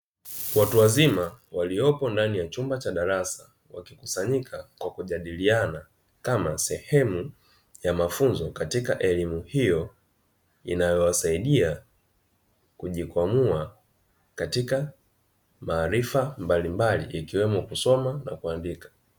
Watu wazima waliopo ndani ya chumba cha darasa, wakikusanyika kwa kujadiliana kama sehemu ya mafunzo katika elimu hiyo, inayowasaidia kujikwamua katika maarifa mbalimbali ikiwemo kusoma na kuandika.